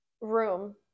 room